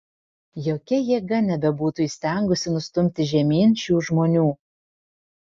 jokia jėga nebebūtų įstengusi nustumti žemyn šių žmonių